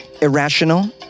irrational